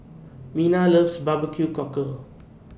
Mina loves Barbecue Cockle